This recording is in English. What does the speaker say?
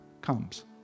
comes